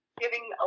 giving